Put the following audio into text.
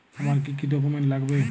আমার কি কি ডকুমেন্ট লাগবে?